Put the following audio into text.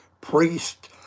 priest